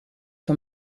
for